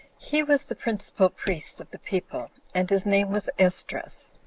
he was the principal priest of the people, and his name was esdras.